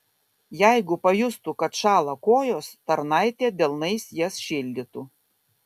jeigu pajustų kad šąla kojos tarnaitė delnais jas šildytų